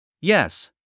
Yes